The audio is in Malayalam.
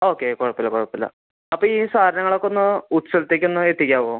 ഓക്കെ കുഴപ്പമില്ല കുഴപ്പമില്ല അപ്പം ഈ സാധനങ്ങൾ ഒക്കെ ഒന്ന് ഉച്ചക്കത്തേക്ക് ഒന്ന് എത്തിക്കാവോ